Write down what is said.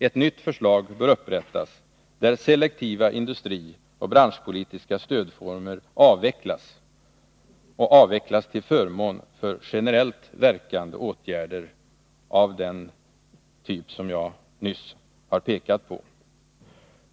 Ett nytt förslag bör upprättas där selektiva industrioch branschpolitiska stödformer avvecklas till förmån för generellt verkande åtgärder av den typ jag nyss pekat på.